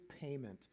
payment